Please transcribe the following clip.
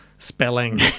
Spelling